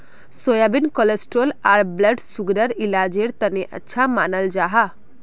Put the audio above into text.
soybean cholesterol आर blood sugar इलाजेर तने अच्छा मानाल जाहा